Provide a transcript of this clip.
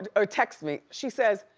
and or texts me, she says,